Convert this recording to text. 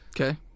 Okay